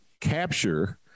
capture